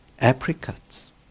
Apricots